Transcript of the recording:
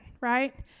right